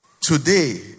Today